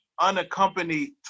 unaccompanied